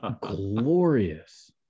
glorious